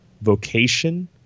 vocation